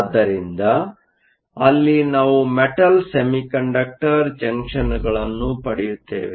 ಆದ್ದರಿಂದ ಅಲ್ಲಿ ನಾವು ಮೆಟಲ್ ಸೆಮಿಕಂಡಕ್ಟರ್ ಜಂಕ್ಷನ್ಗಳನ್ನು ಪಡೆಯುತ್ತೆವೆ